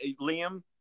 Liam